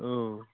औ